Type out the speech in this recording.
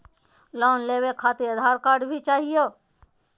Loan लेवे खातिरआधार card भी चाहियो?